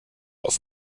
auf